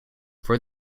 for